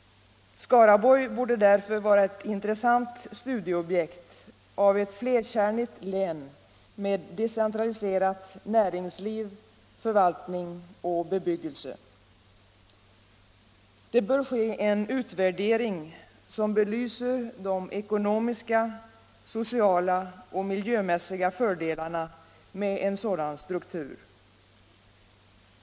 Skaraborg borde därför vara ett intressant studieobjekt som ett flerkärnigt län där näringsliv, förvaltning och bebyggelse decentraliserats. Det bör ske en utvärdering som belyser de ekonomiska, sociala och miljömässiga fördelarna med en sådan struktur.